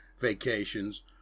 vacations